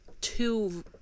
two